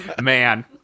man